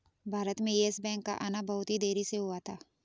भारत में yes bank का आना बहुत ही देरी से हुआ था